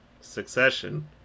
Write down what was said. succession